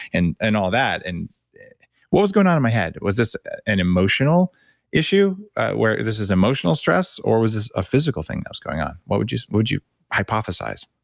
and and all that. and what was going on in my head? was this an emotional issue where this is emotional stress? or was this a physical thing that was going on? what would you would you hypothesize?